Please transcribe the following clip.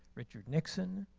richard nixon,